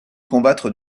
combattre